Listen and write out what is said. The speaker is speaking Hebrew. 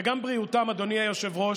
וגם בריאותם, אדוני היושב-ראש,